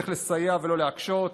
צריך לסייע ולא להקשות.